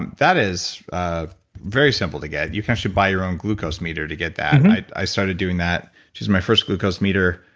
and that is very simple to get. you can sure buy your own glucose meter to get that and mm-hmm i started doing that. just my first glucose meter.